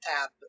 tab